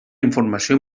informació